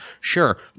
Sure